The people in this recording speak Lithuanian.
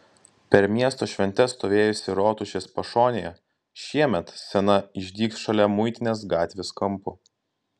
per miesto šventes stovėjusi rotušės pašonėje šiemet scena išdygs šalia muitinės gatvės kampo